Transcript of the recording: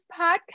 podcast